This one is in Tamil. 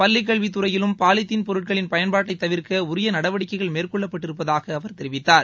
பள்ளக்கல்வித் துறையிலும் பாலிதின் பொருட்களின் பயன்பாட்டை தவிர்க்க உரிய நடவடிக்கைகள் மேற்கொள்ளப்பட்டிருப்பதாக அவர் தெரிவித்தார்